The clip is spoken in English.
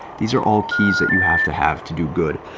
these are all keys that you have to have to do. good.